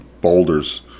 boulders